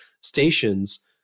stations